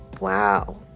Wow